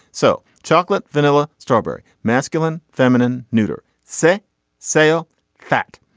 so chocolate vanilla strawberry. masculine feminine neuter say sale fat.